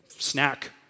Snack